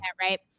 right